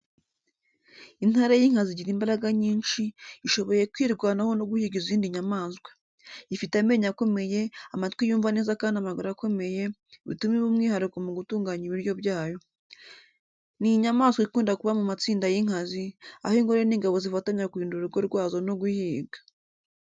Intare y’inkazi igira imbaraga nyinshi, ishoboye kwirwanaho no guhiga izindi nyamaswa. Ifite amenyo akomeye, amatwi yumva neza kandi amaguru akomeye, bituma iba umwihariko mu gutunganya ibiryo byayo. Ni inyamaswa ikunda kuba mu matsinda y’inkazi, aho ingore n’ingano zifatanya kurinda urugo rwazo no guhiga.